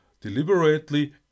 deliberately